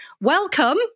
Welcome